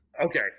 Okay